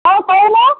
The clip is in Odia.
ହଁ କହୁନୁ